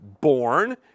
born